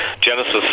Genesis